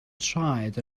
traed